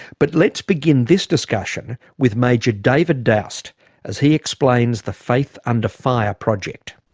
but let's begin this discussion with major david doust as he explains the faith under fire project.